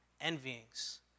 envyings